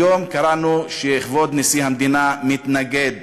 היום קראנו שכבוד נשיא המדינה מתנגד